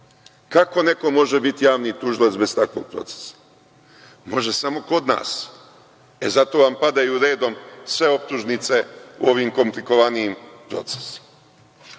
Kako neko može biti javni tužilac bez takvog proseka? Može samo kod nas. Zato vam padaju redom sve optužnice u ovim komplikovanijim procesima.